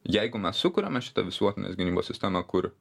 jeigu mes sukuriame šitą visuotinės gynybos sistemą kur